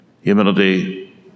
Humility